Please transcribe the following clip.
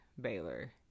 Baylor